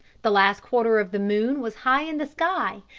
the last quarter of the moon was high in the sky,